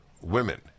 women